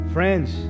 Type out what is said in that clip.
Friends